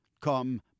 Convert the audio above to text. come